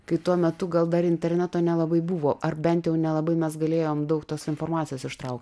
kai tuo metu gal dar interneto nelabai buvo ar bent jau nelabai mes galėjom daug tos informacijos ištraukt